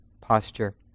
posture